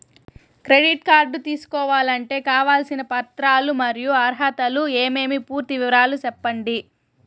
Credit card తీసుకోవాలంటే కావాల్సిన పత్రాలు మరియు అర్హతలు ఏమేమి పూర్తి వివరాలు సెప్పండి?